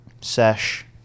sesh